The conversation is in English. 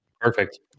Perfect